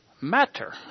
matter